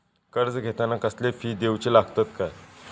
कर्ज घेताना कसले फी दिऊचे लागतत काय?